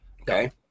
okay